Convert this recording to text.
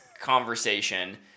conversation